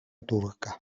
turca